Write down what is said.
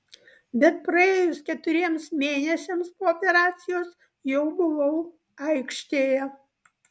bet praėjus keturiems mėnesiams po operacijos jau buvau aikštėje